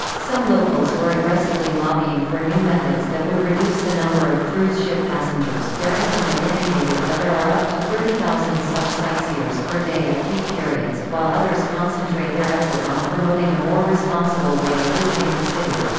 some locals were aggressively lobbying for new methods that would reduce the number of cruise ship passengers their estimate indicated that there are up to thirty thousand such sightseers per day at peak periods, while others concentrate their effort on promoting a more responsible way of visiting the city.